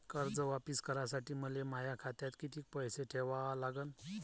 कर्ज वापिस करासाठी मले माया खात्यात कितीक पैसे ठेवा लागन?